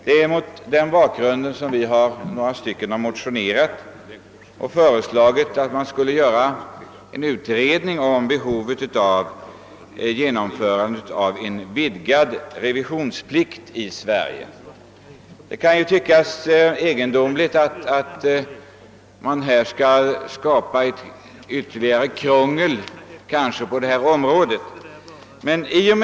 Det är mot denna bakgrund som vi har motionerat och föreslagit att man skall göra en utredning om behovet av en vidgad revisionsplikt i Sverige. Det kan tyckas egendomligt att man här skulle skapa ytterligare krångel på detta område.